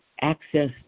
access